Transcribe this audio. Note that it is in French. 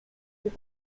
fait